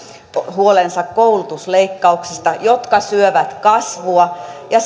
huolensa koulutusleikkauksista jotka syövät kasvua ja